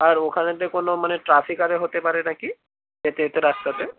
আর ওখানেতে কোনো মানে ট্রাফিক আরে হতে পারে না কি যেতে যেতে রাস্তাতে